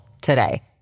today